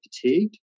fatigued